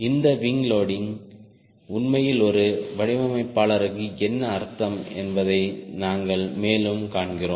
இந்த wing loading உண்மையில் ஒரு வடிவமைப்பாளருக்கு என்ன அர்த்தம் என்பதை நாங்கள் மேலும் காண்கிறோம்